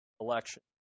election